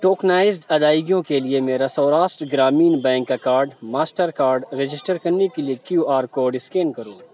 tokenized ادائیگیوں کے لیے میرا سوراشٹر گرامین بینک کا کاڈ ماسٹر کاڈ رجسٹر کرنے کے لیے کیو آر کوڈ اسکین کرو